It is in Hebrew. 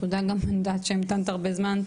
תודה גם אני יודעת שהמתנת הרבה זמן.